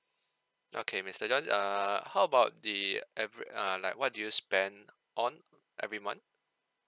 okay mister john err how about the avera~ err like what do you spend on every month